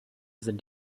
sind